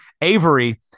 Avery